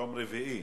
יום רביעי,